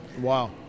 Wow